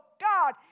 God